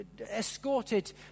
escorted